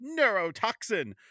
neurotoxin